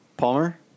Palmer